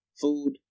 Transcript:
food